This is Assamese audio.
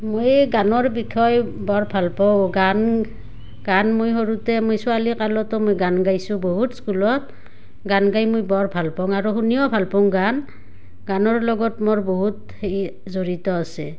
মই এই গানৰ বিষয় বৰ ভাল পাওঁ গান গান মই সৰুতে মই ছোৱালীকালতো মই গান গাইছোঁ বহুত স্কুলত গান গাই মই বৰ ভাল পাওঁ আৰু শুনিও ভাল পাওঁ গান গানৰ লগত মোৰ বহুত সেই জড়িত আছে